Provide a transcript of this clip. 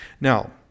Now